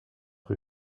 rue